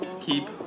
Keep